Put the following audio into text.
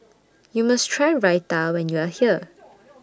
YOU must Try Raita when YOU Are here